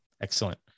Excellent